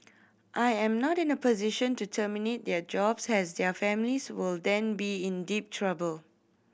I am not in a position to terminate their jobs as their families will then be in deep trouble